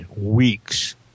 weeks